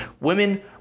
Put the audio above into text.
women